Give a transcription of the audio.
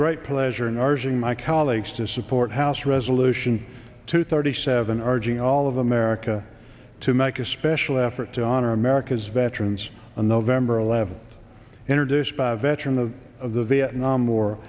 great pleasure in arjun my colleagues to support house resolution two thirty seven r g all of america to make a special effort to honor america's veterans on november eleventh introduced by a veteran of of the vietnam war